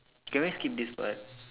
can I skip this part